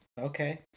okay